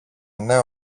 νέο